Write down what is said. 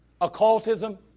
occultism